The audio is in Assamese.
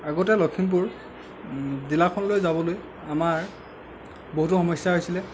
আগতে লখিমপুৰ জিলাখনলৈ যাবলৈ আমাৰ বহুতো সমস্য়া হৈছিলে